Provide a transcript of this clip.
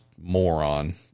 moron